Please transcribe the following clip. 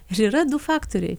ir yra du faktoriai